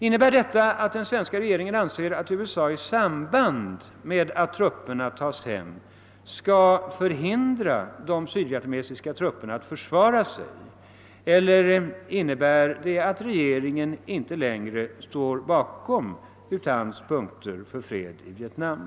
Innebär detta att den svenska regeringen anser att USA i samband med att trupperna tas hem skall förhindra de sydvietnamesiska trupperna att försvara sig mot FNL, eller innebär ordvalet i regeringsdeklarationen att regeringen inte längre står bakom U Thants punkter för fred i Vietnam?